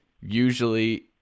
Usually